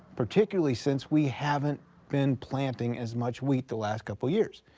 particularly since we haven't been planting as much wheat the last couple of years.